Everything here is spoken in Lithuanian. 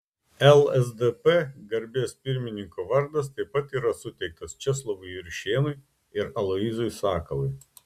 lsdp garbės pirmininko vardas taip pat yra suteiktas česlovui juršėnui ir aloyzui sakalui